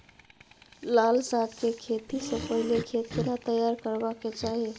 लाल साग के खेती स पहिले खेत केना तैयार करबा के चाही?